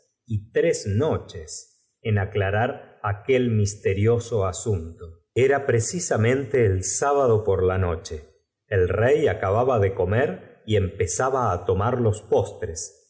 y tres noches en aclarar aquel misteioso asunto era precisamente el sábado por la noche el rey acababa de comer y empezaba á lomar los postres